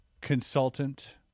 consultant